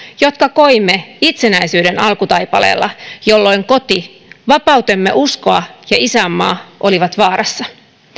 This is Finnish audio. jotka koimme itsenäisyyden alkutaipaleella jolloin koti vapautemme uskoa ja isänmaa olivat vaarassa